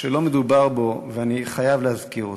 שלא מדובר בו, ואני חייב להזכיר אותו.